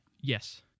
Yes